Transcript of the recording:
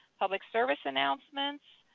public service announcements,